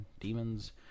Demons